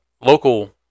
local